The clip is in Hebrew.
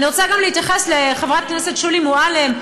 אני רוצה גם להתייחס לחברת הכנסת שולי מועלם.